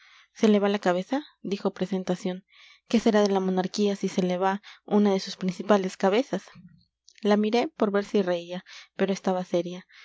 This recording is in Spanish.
se le va la cabeza dijo presentación qué será de la monarquía si se le va una de sus principales cabezas la miré por ver si reía pero estaba seria